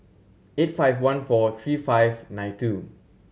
eight five one four three five nine two